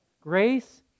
Grace